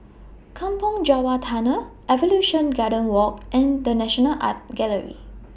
Kampong Java Tunnel Evolution Garden Walk and The National Art Gallery